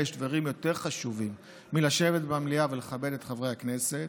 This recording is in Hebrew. יש דברים יותר חשובים מלשבת במליאה ולכבד את חברי הכנסת.